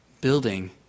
building